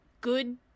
good